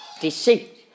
deceit